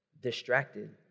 distracted